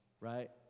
right